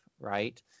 right